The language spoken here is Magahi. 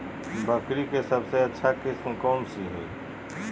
बकरी के सबसे अच्छा किस्म कौन सी है?